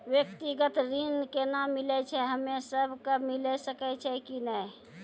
व्यक्तिगत ऋण केना मिलै छै, हम्मे सब कऽ मिल सकै छै कि नै?